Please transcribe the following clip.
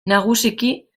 nagusiki